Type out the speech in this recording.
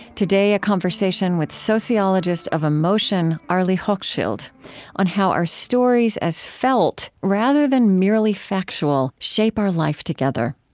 today, a conversation with sociologist of emotion arlie hochschild on how our stories as felt, rather than merely factual, shape our life together.